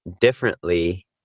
differently